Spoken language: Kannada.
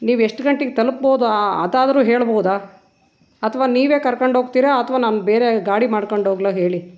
ನೀವು ಎಷ್ಟು ಗಂಟಿಗೆ ತಲುಪಬೌದು ಅದಾದ್ರೂ ಹೇಳ್ಬೌದಾ ಅಥವಾ ನೀವೇ ಕರ್ಕಂಡು ಹೋಗ್ತೀರಾ ಅಥವಾ ನಾನು ಬೇರೆ ಗಾಡಿ ಮಾಡ್ಕಂಡು ಹೋಗಲಾ ಹೇಳಿ